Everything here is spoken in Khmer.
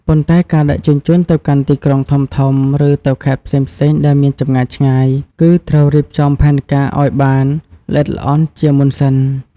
ប៉ុន្តែការដឹកជញ្ជូនទៅកាន់ ទីក្រុងធំៗ ឬទៅខេត្តផ្សេងៗដែលមានចម្ងាយឆ្ងាយ គឺត្រូវរៀបចំផែនការឲ្យបានល្អិតល្អន់ជាមុនសិន។